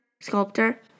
Sculptor